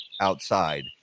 outside